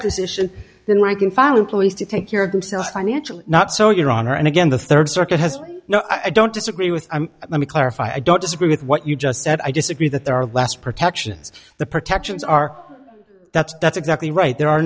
position than rank and file employees to take care of themselves financially not so your honor and again the third circuit has no i don't disagree with let me clarify i don't disagree with what you just said i disagree that there are less protections the protections are that's that's exactly right there are